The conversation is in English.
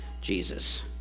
Jesus